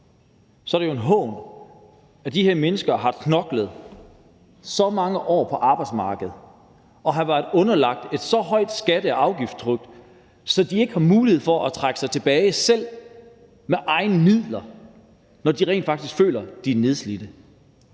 jo, at det er en hån, at de her mennesker har knoklet så mange år på arbejdsmarkedet og har været underlagt et så højt skatte- og afgiftstryk, at de ikke har mulighed for at trække sig tilbage selv med egne midler, når de rent faktisk føler, at de er nedslidte.